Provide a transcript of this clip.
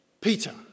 Peter